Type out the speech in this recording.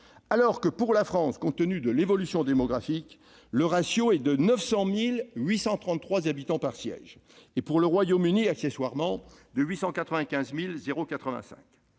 est, pour la France, compte tenu de l'évolution démographique, de 900 833 habitants par siège et, pour le Royaume-Uni, accessoirement, de 895 085.